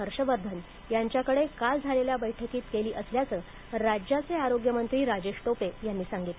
हर्षवर्धन यांच्याकडे काल झालेल्या बैठकीत केली असल्याचं राज्याचे आरोग्य मंत्री राजेश टोपे यांनी सांगितलं